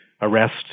arrest